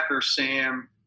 Sam